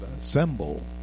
symbol